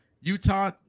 Utah